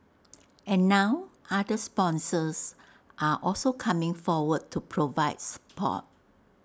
and now other sponsors are also coming forward to provide support